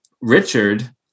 Richard